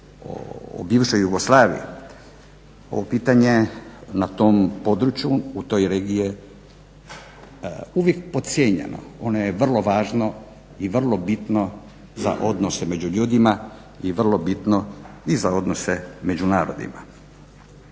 o bivšoj Jugoslaviji. Ovo pitanje na tom području u toj regiji je uvijek podcijenjeno. Ono je vrlo važno i vrlo bitno za odnose među ljudima i vrlo bitno i za odnose među narodima.